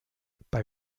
bei